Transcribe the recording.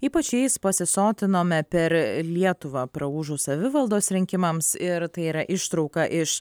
ypač jais pasisotinome per lietuvą praūžus savivaldos rinkimams ir tai yra ištrauka iš